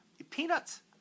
Peanuts